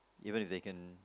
even if they can